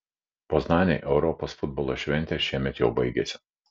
poznanei europos futbolo šventė šiemet jau baigėsi